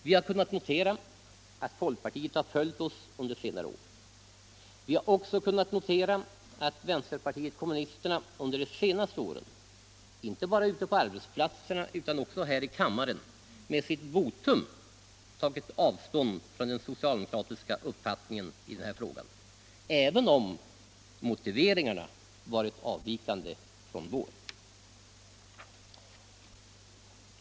Vi har kunnat notera att folkpartiet har följt oss under senare år. Likaså har vi kunnat notera att vänsterpartiet kommunisterna under de senaste åren inte bara ute på arbetsplatserna utan också här i kammaren med sitt votum har tagit avstånd från den socialdemokratiska uppfattningen i denna fråga, även om motiveringarna har varit avvikande från vår.